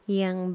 yang